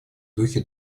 духе